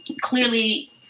clearly